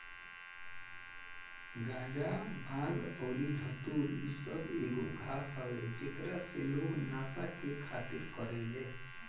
गाजा, भांग अउरी धतूर इ सब एगो घास हवे जेकरा से लोग नशा के खातिर करेले